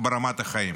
ברמת החיים,